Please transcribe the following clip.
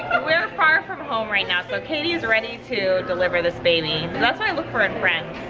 we're far from home right now so katie is ready to deliver this baby. and that's what i look for in friends.